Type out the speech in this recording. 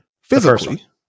physically